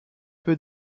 peu